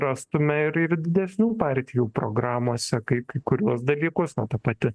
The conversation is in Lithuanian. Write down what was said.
rastume ir ir didesnių partijų programose kai kai kuriuos dalykus ta pati